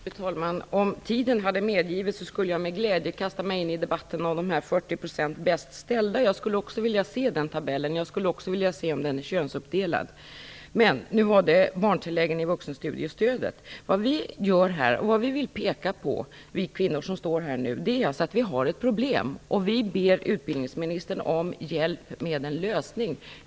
Fru talman! Om tiden hade medgivit det hade jag med glädje kastat mig in i debatten om de här 40 procenten och de bäst ställda. Jag skulle vilja se den tabellen. Jag skulle också vilja se om den är könsuppdelad. Men nu var det barntilläggen i vuxenstudiestödet det gällde. Vi kvinnor som står här vill peka på att det finns ett problem. Vi ber utbildningsministern om hjälp med en lösning.